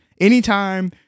Anytime